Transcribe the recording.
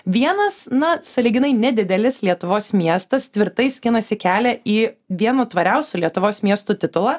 vienas na sąlyginai nedidelis lietuvos miestas tvirtai skinasi kelią į vienu tvariausių lietuvos miestų titulą